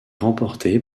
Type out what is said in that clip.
remportée